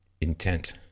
intent